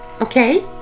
Okay